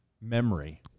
memory